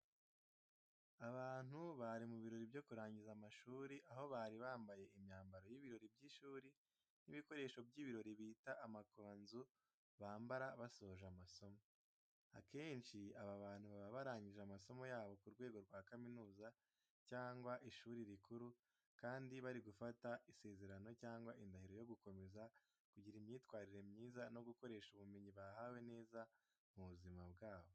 Abantu bari mu birori byo kurangiza amashuri, aho bari bambaye imyambaro y'ibirori by'ishuri n'ibikoresho by'ibirori bita amakanzu bambara basoje amasomo. Akenshi aba bantu baba barangije amasomo yabo ku rwego rwa kaminuza cyangwa ishuri rikuru kandi bari gufata isezerano cyangwa indahiro yo gukomeza kugira imyitwarire myiza no gukoresha ubumenyi bahawe neza mu buzima bwabo.